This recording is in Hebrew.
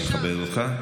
אני מכבד אותך.